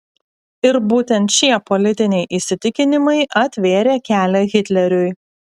ir būtent šie politiniai įsitikinimai atvėrė kelią hitleriui